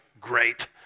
great